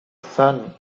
sun